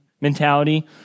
mentality